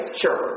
sure